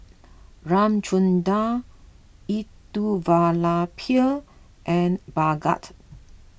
Ramchundra Elattuvalapil and Bhagat